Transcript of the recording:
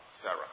Sarah